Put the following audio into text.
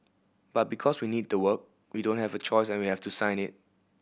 but because we need the work we don't have a choice and we have to sign it